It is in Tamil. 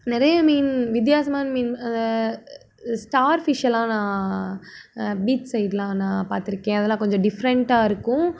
நிறைய மீன் வித்தியாசமான மீன் அதை ஸ்டார் ஃபிஷ்ஷெல்லாம் நான் பீச் சைட்லாம் நான் பார்த்துருக்கேன் அதெல்லாம் கொஞ்சம் டிஃப்ரெண்ட்டாக இருக்கும்